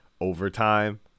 overtime